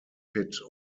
pitt